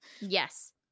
Yes